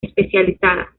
especializada